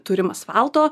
turim asfalto